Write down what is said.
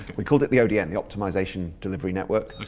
we called it the odn, the optimisation delivery network,